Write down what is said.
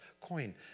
coin